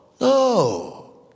No